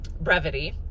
brevity